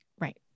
Right